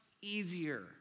easier